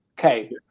Okay